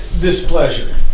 displeasure